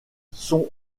sont